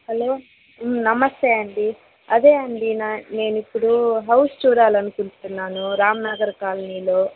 hello నమస్తే అండీ అదే అండి నా నేనిప్పుడు హౌస్ చూడాలనుకుంటున్నాను రామ్ నగర్ కాలనీలో